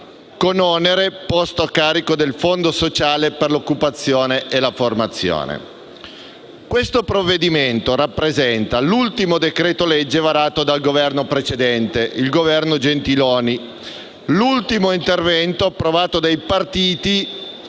con onere posto a carico del fondo sociale per l'occupazione e la formazione. Questo provvedimento rappresenta l'ultimo decreto-legge varato dal Governo precedente, il Governo Gentiloni Silveri, l'ultimo intervento approvato dai partiti